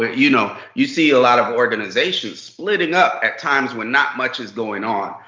ah you know you see a lot of organizations splitting up at times when not much is going on.